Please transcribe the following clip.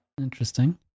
Interesting